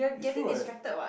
is true what